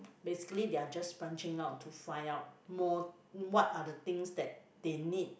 basically they are just branching out to find out more what are the things that they need